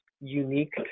unique